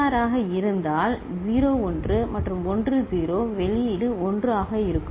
XOR ஆக இருந்தால் 0 1 மற்றும் 1 0 வெளியீடு 1 ஆக இருக்கும்